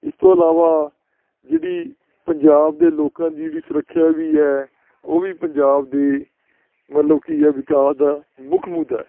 ਇਸ ਤੋਂ ਇਲਾਵਾ ਜਿਹੜੀ ਪੰਜਾਬ ਦੇ ਲੋਕਾਂ ਦੀ ਜਿਹੜੀ ਸੁਰੱਖਿਆ ਵੀ ਹੈ ਉਹ ਵੀ ਪੰਜਾਬ ਦੀ ਮਤਲਬ ਕੀ ਹੈ ਵਿਕਾਸ ਦਾ ਮੁੱਖ ਮੁੱਦਾ ਹੈ